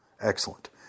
excellent